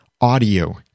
audio